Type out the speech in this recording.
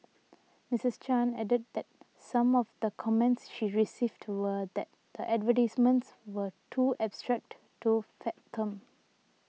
Mistreess Chan added that some of the comments she received were that the advertisements were too abstract to fathom